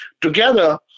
together